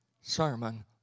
sermon